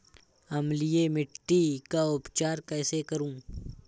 अम्लीय मिट्टी का उपचार कैसे करूँ?